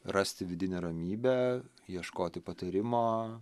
rasti vidinę ramybę ieškoti patarimo